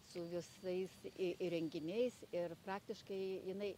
su visais į įrenginiais ir praktiškai jinai